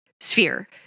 sphere